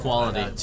Quality